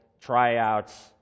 tryouts